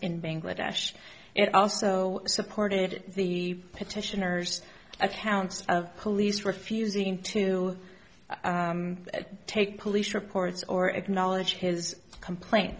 in bangladesh and also supported the petitioners accounts of police refusing to take police reports or acknowledge his complaints